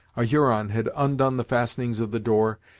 a huron had undone the fastenings of the door,